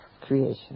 creation